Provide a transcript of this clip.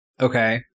Okay